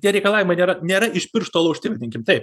tie reikalavimai nėra nėra iš piršto laužti vadinkim taip